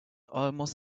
almost